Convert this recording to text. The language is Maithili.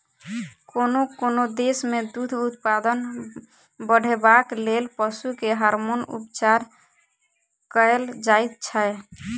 कोनो कोनो देश मे दूध उत्पादन बढ़ेबाक लेल पशु के हार्मोन उपचार कएल जाइत छै